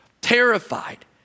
Terrified